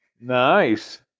Nice